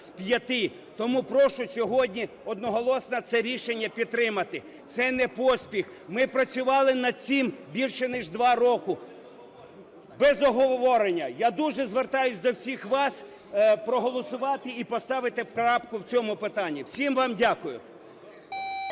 з п’яти. Тому прошу сьогодні одноголосно це рішення підтримати. Це не поспіх, ми працювали над цим більше ніж 2 роки. Без обговорення. Я дуже звертаюсь до всіх вас проголосувати і поставити крапку в цьому питанні. Всім вам дякую.